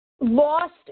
lost